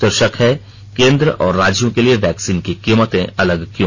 शीर्षक है केन्द्र और राज्यों के लिए वैक्सीन की कीमतें अलग क्यों